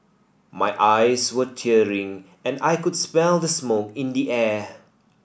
my eyes were tearing and I could smell the smoke in the air